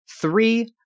three